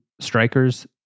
strikers